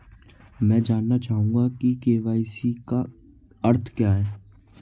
मैं जानना चाहूंगा कि के.वाई.सी का अर्थ क्या है?